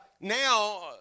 Now